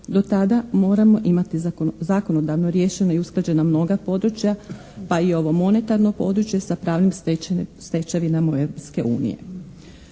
Do tada moramo imati zakonodavno riješena i usklađena mnoga područja pa i ovo monetarno područje sa pravnim stečevinama Europske unije.